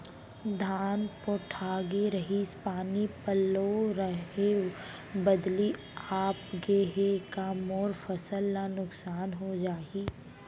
धान पोठागे रहीस, पानी पलोय रहेंव, बदली आप गे हे, का मोर फसल ल नुकसान हो जाही?